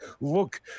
look